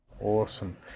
Awesome